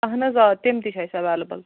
اہن حظ آ تِم تہِ چھِ اسہِ ایٚویلیبٕل